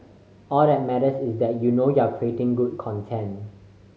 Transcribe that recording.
all that matters is that you know you're creating good content